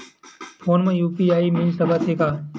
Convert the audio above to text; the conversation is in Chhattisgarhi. फोन मा यू.पी.आई मिल सकत हे का?